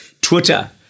Twitter